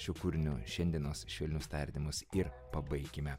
šiuo kūriniu šiandienos švelnius tardymus ir pabaikime